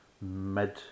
mid